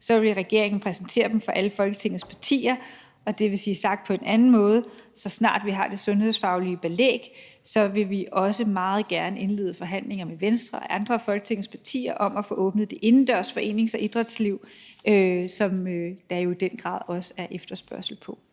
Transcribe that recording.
vil regeringen præsentere dem for alle Folketingets partier, og sagt på en anden måde vil det betyde, at så snart vi har det sundhedsfaglige belæg, vil vi også meget gerne indlede forhandlinger med Venstre og andre af Folketingets partier om at få åbnet det indendørs forenings- og idrætsliv, som der jo i den grad også er efterspørgsel